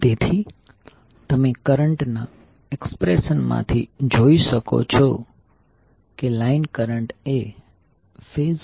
તેથી તમે કરંટના એક્સપ્રેશન માથી જોઈ શકો છો કે લાઈન કરંટ એ ફેઝ